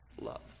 love